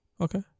Okay